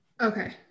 okay